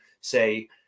say